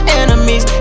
enemies